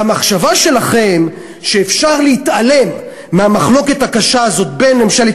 המחשבה שלכם שאפשר להתעלם מהמחלוקת הקשה הזאת בין ממשלת